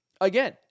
Again